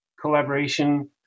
collaboration